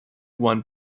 won